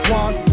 one